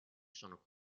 sono